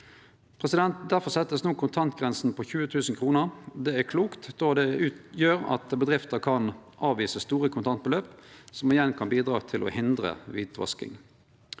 Difor vert kontantgrensa no sett til 20 000 kr. Det er klokt, då det gjer at bedrifter kan avvise store kontantbeløp, som igjen kan bidra til å hindre kvitvasking.